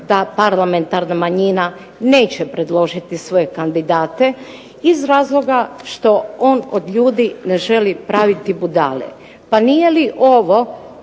da parlamentarna manjina neće predložiti svoje kandidate, iz razloga što on od ljudi ne želi praviti budale. Pa nije li ovo